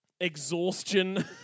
exhaustion